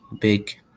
big